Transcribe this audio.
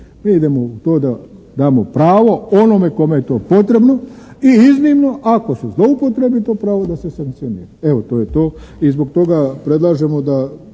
Mi idemo u to da damo pravo onome kome je to potrebno i iznimno ako se zloupotrijebi to pravo da se sankcionira. Evo, to je to i zbog toga predlažemo da